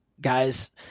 guys